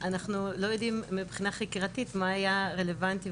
אנחנו לא יודעים מבחינה חקירתית מה היה רלוונטי,